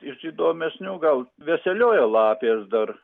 iš įdomesnių gal veselioja lapės dar